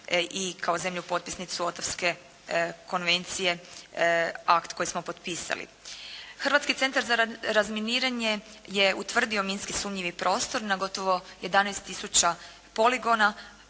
EI kao zemlju potpisnicu Otavske konvencije akt koji smo potpisali. Hrvatski centar za razminiranje je utvrdio minski sumnjivi prostor na gotovo 11 tisuća poligona